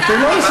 לך.